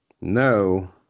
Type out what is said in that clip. no